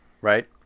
right